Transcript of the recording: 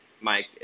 Mike